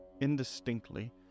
indistinctly